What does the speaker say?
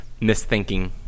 misthinking